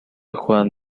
juan